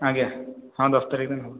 ଆଜ୍ଞା ହଁ ଦଶ ତାରିଖ ଦିନ ହେବ